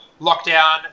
lockdown